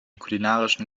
kulinarischen